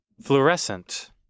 Fluorescent